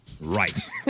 Right